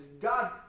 God